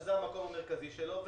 שזה המקום המרכזי שלו,